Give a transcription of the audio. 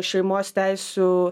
šeimos teisių